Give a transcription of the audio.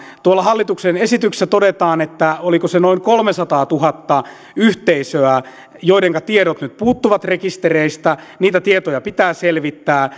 tuolla hallituksen esityksessä todetaan oliko se noin kolmesataatuhatta yhteisöä joidenka tiedot nyt puuttuvat rekistereistä että niitä tietoja pitää selvittää